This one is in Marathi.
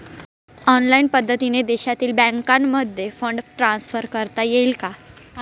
ऑनलाईन पद्धतीने देशातील बँकांमध्ये फंड ट्रान्सफर करता येईल का?